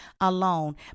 alone